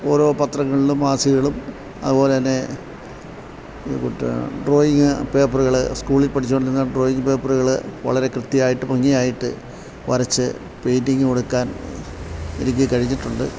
ഓരോ പത്രങ്ങളിലും മാസികകളും അതുപോലെത്തന്നെ എന്തൂട്ടാ ഡ്രോയിങ്ങ് പേപ്പറുകൾ സ്കൂളിൽ പഠിച്ചുകൊണ്ടിരുന്ന ഡ്രോയിങ്ങ് പേപ്പറ്കൾ വളരെ കൃത്യമായിട്ട് ഭംഗിയായിട്ട് വരച്ച് പെയിൻറ്റിങ്ങ് കൊടുക്കാൻ എനിക്ക് കഴിഞ്ഞിട്ടുണ്ട്